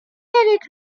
avec